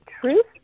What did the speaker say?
truth